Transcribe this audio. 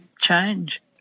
change